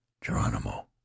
geronimo